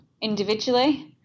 individually